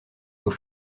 aux